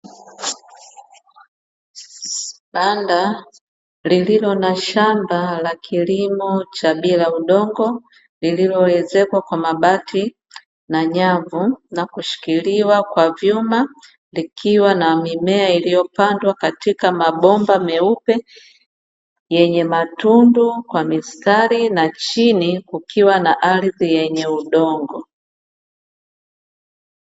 Banda lililo na shamba lakilimo cha bila udongo lililoezekwa kwa mabati na nyavu nakushikiliwa kwa vyuma likiwa na mimea iliyopandwa katika mabomba meupe yenye matundu kwa mistari na chini kukiwa na ardhi yenye udongo.